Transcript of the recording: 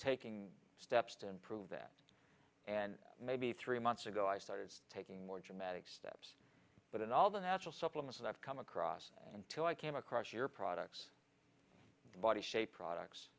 taking steps to improve that and maybe three months ago i started taking more dramatic steps but in all the natural supplements that i've come across until i came across your products body shape products